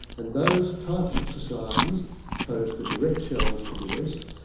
and those types of societies posed the direct challenge to the west,